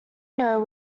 know